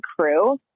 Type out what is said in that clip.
crew